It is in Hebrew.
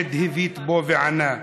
הילד הביט בו וענה: